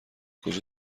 کجا